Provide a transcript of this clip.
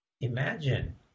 Imagine